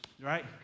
right